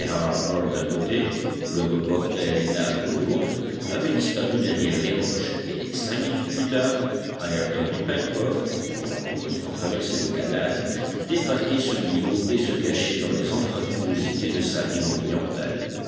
d'un côté le reporter et nab de l'autre avaient disparu derrière les roches et cinq minutes plus tard ayrton et pencroff ayant heureusement traversé le canal débarquaient sur l'îlot et se cachaient dans les anfractuosités de sa rive orientale